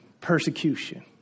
Persecution